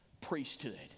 priesthood